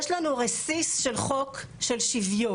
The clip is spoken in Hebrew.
יש לנו רסיס של חוק של שוויון,